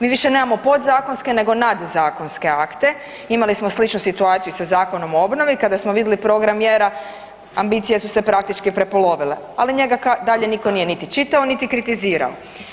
Mi više nemamo podzakonske, nego nadzakonske akte, imali smo sličnu situaciju i sa Zakonom o obnovi kada smo vidli program mjera, ambicije su se praktički prepolovile, ali njega i dalje nitko nije niti čitao niti kritizirao.